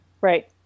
Right